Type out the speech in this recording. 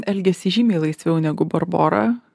elgėsi žymiai laisviau negu barbora